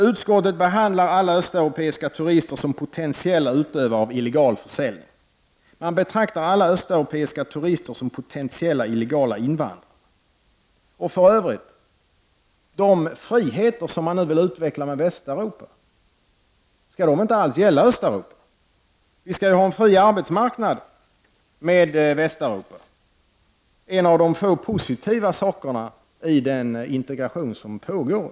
Utskottsmajoriteten behandlar alla östeuropeiska turister som potentiella utövare av illegal försäljning. Man betraktar alla östeuropeiska turister som potentiella och illegala invandrare. De friheter som utskottet vill utveckla för Västeuropa, skall de inte alls gälla Östeuropa? Vi skall ju ha en fri arbetsmarknad inom Västeuropa, vilket är en av de, ur miljöpartiets synpunkt, få positiva sakerna i den integration som pågår.